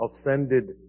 offended